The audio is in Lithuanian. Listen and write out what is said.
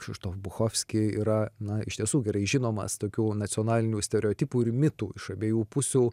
kšištof bukovski yra na iš tiesų gerai žinomas tokių nacionalinių stereotipų ir mitų iš abiejų pusių